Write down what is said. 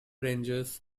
rangers